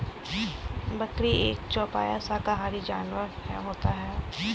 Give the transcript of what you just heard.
बकरी एक चौपाया शाकाहारी जानवर होता है